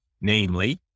namely